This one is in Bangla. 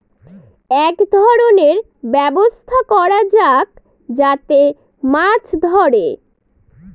এক ধরনের ব্যবস্থা করা যাক যাতে মাছ ধরে